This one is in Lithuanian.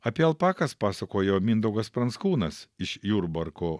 apie alpakas pasakojo mindaugas pranckūnas iš jurbarko